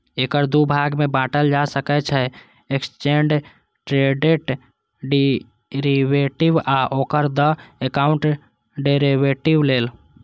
एकरा दू भाग मे बांटल जा सकै छै, एक्सचेंड ट्रेडेड डेरिवेटिव आ ओवर द काउंटर डेरेवेटिव लेल